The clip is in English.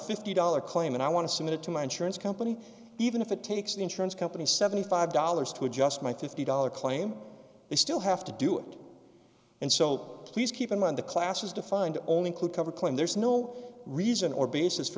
fifty dollars claim and i want to submit it to my insurance company even if it takes the insurance company's seventy five dollars to adjust my fifty dollars claim they still have to do it and so please keep in mind the class is defined only include covered claim there's no reason or basis for